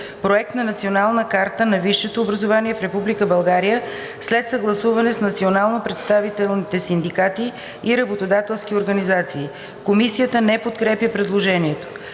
проект на Национална карта на висшето образование в Република България след съгласуване с национално представителните синдикални и работодателски организации“. Комисията не подкрепя предложението.